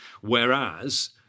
whereas